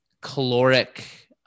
caloric